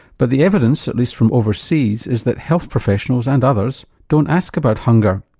but the evidence at least from overseas is that health professionals and others don't ask about hunger.